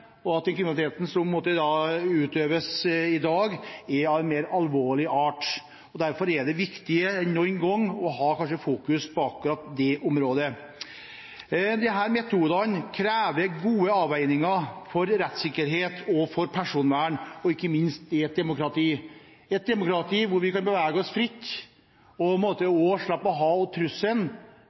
og at den kriminaliteten som utøves i dag, er av mer alvorlig art. Derfor er det viktigere enn noen gang å fokusere på akkurat det området. Disse metodene krever gode avveininger for rettssikkerhet og for personvern, ikke minst i et demokrati – et demokrati hvor vi kan bevege oss fritt, og hvor vi slipper trusselen knyttet til